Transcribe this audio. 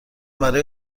برای